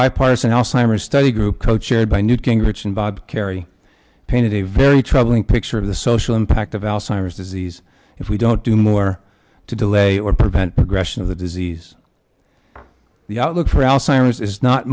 bipartisan alzheimer's study group co chaired by newt gingrich and bob kerrey painted a very troubling picture of the social impact of alzheimer's disease if we don't do more to delay or prevent progression of the disease the outlook for al